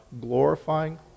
glorifying